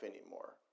anymore